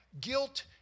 guilt